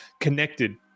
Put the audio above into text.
connected